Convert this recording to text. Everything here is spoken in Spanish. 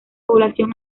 población